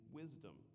wisdom